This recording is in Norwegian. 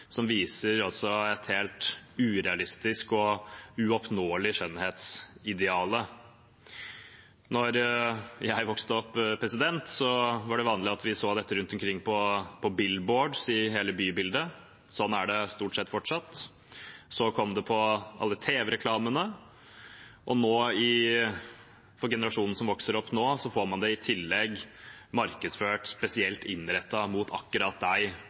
som viser et helt urealistisk og uoppnåelig skjønnhetsideal. Da jeg vokste opp, var det vanlig at vi så dette på «billboards» rundt omkring i hele bybildet. Sånn er det stort sett fortsatt. Så kom alle tv-reklamene. Generasjonen som vokser opp nå, får det i tillegg markedsført og innrettet spesielt mot akkurat